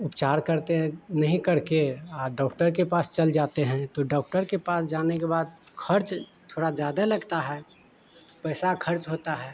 उपचार करते हैं नहीं करके डॉक्टर के पास चल जाते हैं तो डॉक्टर के पास जाने के बाद खर्च थोड़ा ज़्यादा लगता है पैसा खर्च होता है